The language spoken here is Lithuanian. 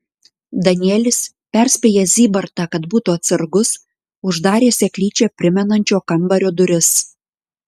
danielis perspėjęs zybartą kad būtų atsargus uždarė seklyčią primenančio kambario duris